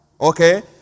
Okay